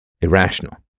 irrational